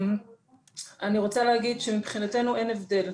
אני רוצה להגיד שמבחינתנו אין הבדל.